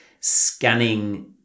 scanning